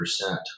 percent